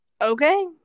Okay